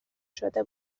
شده